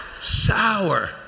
Sour